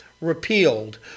repealed